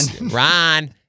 Ron